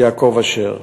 יעקב אשר,